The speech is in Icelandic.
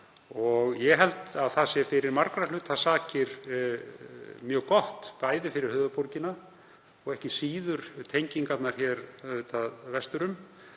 Ég held að það sé fyrir margra hluta sakir mjög gott, bæði fyrir höfuðborgina og ekki síður tengingarnar hér vestur um,